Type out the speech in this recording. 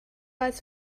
als